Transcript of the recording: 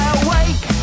awake